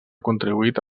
contribuït